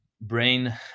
brain